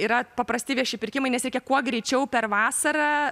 yra paprasti vieši pirkimai nes reikia kuo greičiau per vasarą